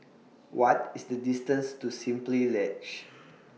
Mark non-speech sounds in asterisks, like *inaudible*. What IS The distance to Simply Lodge *noise*